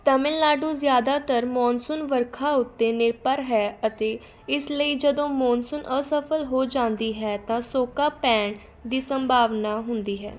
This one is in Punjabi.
ਤਮਿਲਨਾਡੂ ਜ਼ਿਆਦਾਤਰ ਮਾਨਸੂਨ ਵਰਖਾ ਉੱਤੇ ਨਿਰਭਰ ਹੈ ਅਤੇ ਇਸ ਲਈ ਜਦੋਂ ਮਾਨਸੂਨ ਅਸਫ਼ਲ ਹੋ ਜਾਂਦੀ ਹੈ ਤਾਂ ਸੋਕਾ ਪੈਣ ਦੀ ਸੰਭਾਵਨਾ ਹੁੰਦੀ ਹੈ